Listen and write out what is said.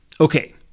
Okay